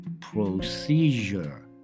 procedure